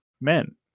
men